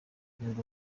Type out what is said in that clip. nkunda